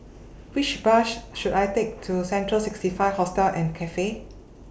Which Bus should I Take to Central sixty five Hostel and Cafe